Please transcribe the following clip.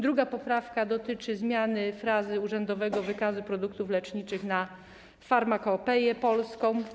Druga poprawka dotyczy zmiany frazy urzędowego wykazu produktów leczniczych na Farmakopeę Polską.